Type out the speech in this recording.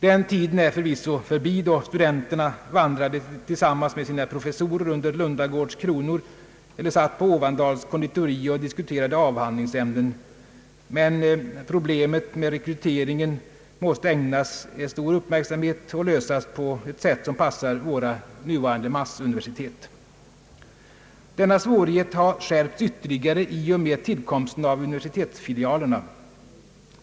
Den tiden är förvisso förbi då studenterna vandrade tillsammans med sina professorer under Lundagårds kronor eller satt på Ofvandahls konditori och diskuterade avhandlingsämnen, men problemet med rekryteringen måste ägnas stor uppmärksamhet och lösas på ett sätt som passar våra nuvarande massuniversitet. Denna svårighet har skärpts ytterligare i och med tillkomsten av universitetsfilialerna.